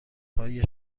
های